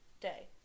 day